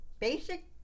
basic